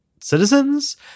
citizens